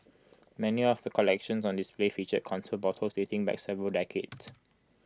many of the collections on display featured contour bottles dating back several decades